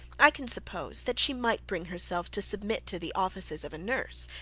i can suppose that she might bring herself to submit to the offices of a nurse,